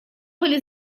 были